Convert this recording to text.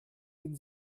den